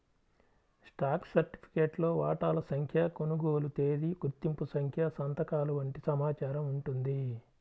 stock సర్టిఫికేట్లో వాటాల సంఖ్య, కొనుగోలు తేదీ, గుర్తింపు సంఖ్య సంతకాలు వంటి సమాచారం ఉంటుంది